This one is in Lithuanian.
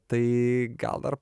tai gal dar